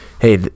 hey